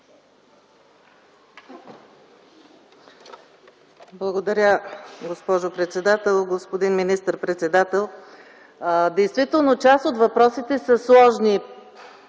Благодаря, госпожо председател. Господин министър-председател! Действително част от въпросите са сложни